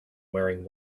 wearing